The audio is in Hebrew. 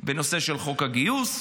בנושא של חוק הגיוס.